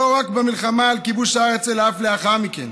לא רק במלחמה על כיבוש הארץ אלא אף לאחר מכן